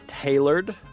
tailored